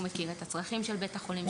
הוא מכיר את הצרכים של בית החולים,